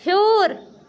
ہیٚوٗر